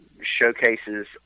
showcases